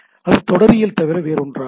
இது தொடரியல் தவிர வேறு ஒன்றாகும்